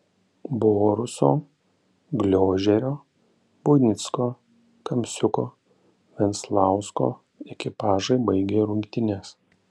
boruso gliožerio buinicko kamsiuko venslausko ekipažai baigė rungtynes